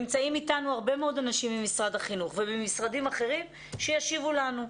נמצאים איתנו הרבה מאוד אנשים ממשרד החינוך וממשרדים אחרים שישיבו לנו.